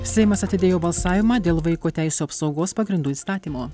seimas atidėjo balsavimą dėl vaiko teisių apsaugos pagrindų įstatymo